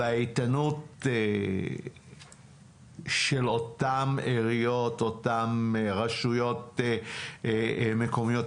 האיתנות של אותן מועצות אזוריות ומקומיות?